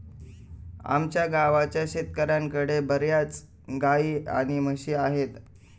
आमच्या गावाच्या शेतकऱ्यांकडे बर्याच गाई आणि म्हशी आहेत